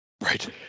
right